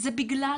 זה בגלל